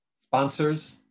sponsors